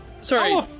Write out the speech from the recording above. sorry